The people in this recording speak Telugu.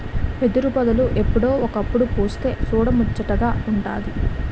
ఎదురుపొదలు ఎప్పుడో ఒకప్పుడు పుస్తె సూడముచ్చటగా వుంటాది